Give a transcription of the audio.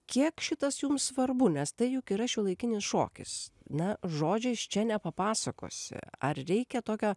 kiek šitas jums svarbu nes tai juk yra šiuolaikinis šokis na žodžiais čia nepapasakosi ar reikia tokio